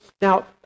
Now